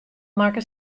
makke